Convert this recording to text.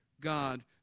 God